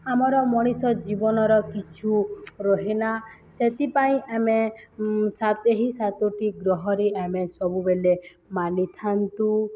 ଆମର ମଣିଷ ଜୀବନର କିଛି ରହେନା ସେଥିପାଇଁ ଆମେ ଏହି ସାତୋଟି ଗ୍ରହରେ ଆମେ ସବୁବେଳେ ମାନିଥାନ୍ତୁ